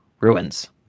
ruins